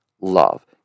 love